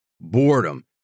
boredom